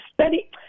study